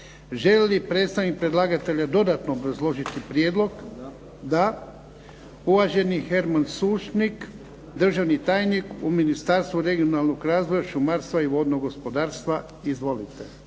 li predstavnik predlagatelja dodatno obrazložiti? Da. Uvaženi Herman Sušnik, državni tajnik u Ministarstvu regionalnog razvoja, šumarstva i vodnog gospodarstva. Izvolite.